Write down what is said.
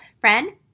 friend